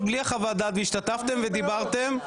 בלי חוות דעת והשתתפתם בדיון ודיברתם.